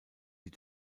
die